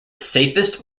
safest